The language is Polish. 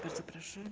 Bardzo proszę.